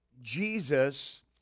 Jesus